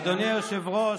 אדוני היושב-ראש,